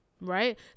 right